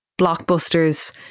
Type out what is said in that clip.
blockbusters